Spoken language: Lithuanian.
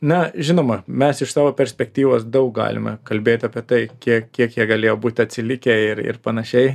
na žinoma mes iš savo perspektyvos daug galime kalbėt apie tai kiek kiek jie galėjo būt atsilikę ir ir panašiai